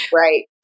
right